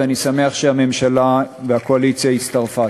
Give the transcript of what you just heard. ואני שמח שהממשלה והקואליציה הצטרפו.